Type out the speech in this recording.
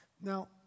Now